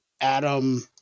Adam